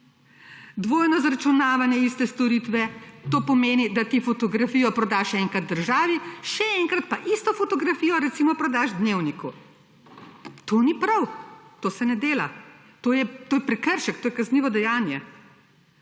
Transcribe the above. dvojno zaračunavanje iste storitve, to pomeni, da ti fotografijo prodaš še enkrat državi, še enkrat pa isto fotografijo recimo prodaš Dnevniku. To ni prav. To se ne dela. To je prekršek. To je kaznivo dejanje.